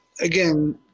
again